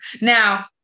Now